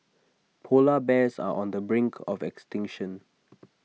Polar Bears are on the brink of extinction